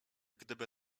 gdyby